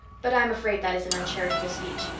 but i'm afraid that is an uncharitable speech.